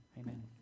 amen